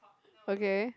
okay